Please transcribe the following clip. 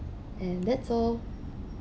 and that's all